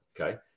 Okay